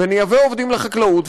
ונייבא עובדים לחקלאות,